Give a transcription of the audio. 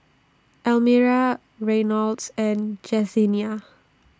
Almira Reynolds and Jesenia